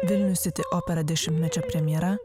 vilnius sity opera dešimtmečio premjera